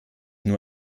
nur